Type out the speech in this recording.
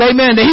Amen